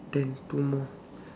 then two more